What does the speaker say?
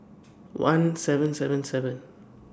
one seven seven seven